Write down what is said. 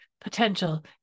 potential